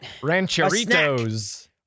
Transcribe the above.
rancheritos